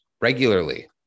regularly